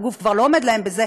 הגוף כבר לא עומד בזה,